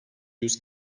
yüz